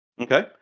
Okay